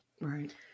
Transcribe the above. Right